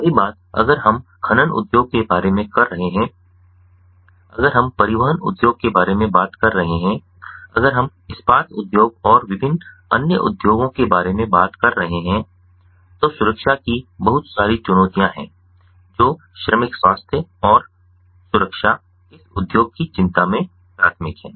वही बात अगर हम खनन उद्योग के बारे में बात कर रहे हैं अगर हम परिवहन उद्योग के बारे में बात कर रहे हैं अगर हम इस्पात उद्योग और विभिन्न अन्य उद्योगों के बारे में बात कर रहे हैं तो सुरक्षा की बहुत सारी चुनौतियां हैं जो श्रमिक स्वास्थ्य और सुरक्षा इस उद्योग की चिंता में प्राथमिक हैं